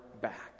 back